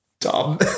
dumb